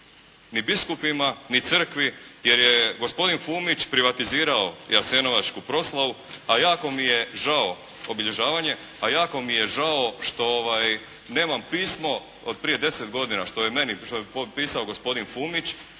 ni biskupima ni crkvi jer je gospodin Fumić privatizirao jasenovačku proslavu, a jako mi je žao, obilježavanje, a jako mi je žao što nemam pismo od prije deset godina što je meni pisao gospodin Fumić